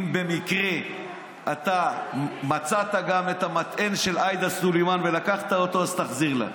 ואם במקרה מצאת גם את המטען של עאידה סלימאן ולקחת אותו אז תחזיר לה.